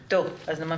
בסדר, זה יהיה